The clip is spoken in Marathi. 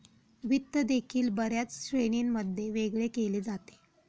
वित्त देखील बर्याच श्रेणींमध्ये वेगळे केले जाते